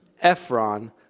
Ephron